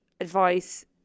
advice